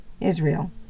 Israel